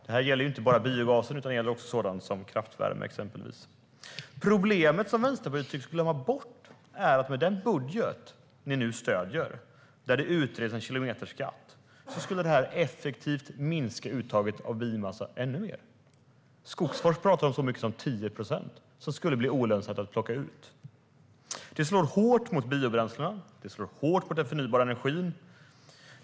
Det gäller inte bara biogas utan även exempelvis kraftvärme. Det Vänsterpartiet tycks glömma bort är att med den budget ni stöder, där en kilometerskatt utreds, kommer uttaget av biomassa att minska ännu mer. Skogforsk talar om att så mycket som 10 procent skulle bli olönsamt att plocka ut. Det slår hårt mot biobränslen och mot förnybar energi.